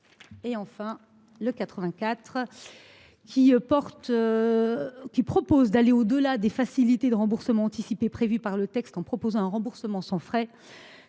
L’amendement n° 84 vise à aller au delà des facilités de remboursement anticipé prévues par le texte en proposant un remboursement sans frais.